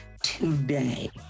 today